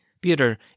Peter